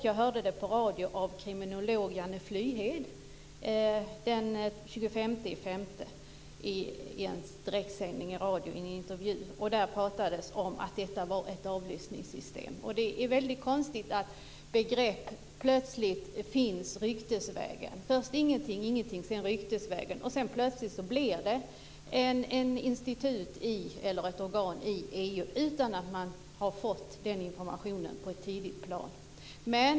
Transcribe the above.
Jag hörde det dessutom i en direktsändning i radio i en intervju med kriminolog Janne Flyghed. Där pratades det om att detta var ett avlyssningssystem. Det är väldigt konstigt att ett begrepp plötsligt dyker upp ryktesvägen. Först finns ingenting och ingenting, och sedan dyker det upp ryktesvägen. Sedan blir det plötsligt ett institut eller ett organ i EU utan att man har fått den informationen på ett tidigt stadium.